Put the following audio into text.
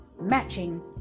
matching